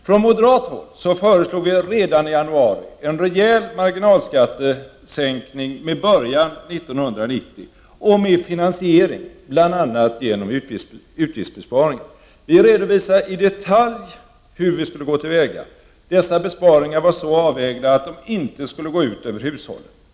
Från moderat håll föreslog vi redan i januari en rejäl marginalskattesänkning med början år 1990 med en finansiering bl.a. genom utgiftsbesparing. Vi redovisade i detalj hur vi skulle gå till väga. Dessa besparingar var så avvägda att de inte skulle gå ut över hushållen.